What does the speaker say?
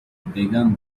began